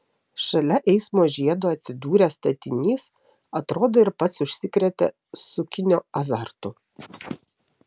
šalia eismo žiedo atsidūręs statinys atrodo ir pats užsikrėtė sukinio azartu